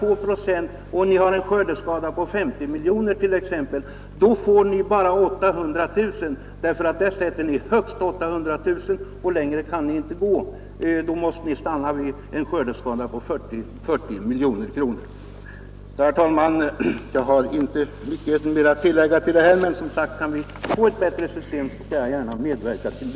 Jo, om ni har en skördeskada på 50 miljoner och bidragen bestäms till 2 procent, får ni ändå inte ut mer än 800 000. Man har satt högst 800 000 och längre kan ni inte gå; det beloppet motsvarar en skördeskada på 40 miljoner kronor. Herr talman! Jag har inte mer att tillägga utöver vad jag sagt, men om vi kan få ett bättre system skall jag gärna medverka därtill.